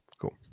cool